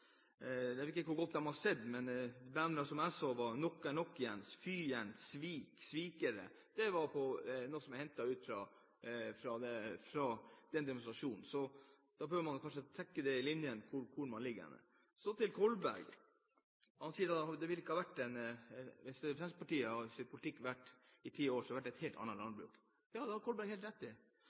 Jeg vet ikke hvor godt de har sett, men bannere jeg så var: Nok er nok, Jens, Fy, Jens og Svikere. Det er noe som er hentet fra den demonstrasjonen. Da bør man kanskje trekke linjene hvor man ligger. Så til Kolberg. Han sier at hvis Fremskrittspartiets politikk hadde vært ført i ti år, hadde det vært et helt annet landbruk. Ja, det har Kolberg helt rett i.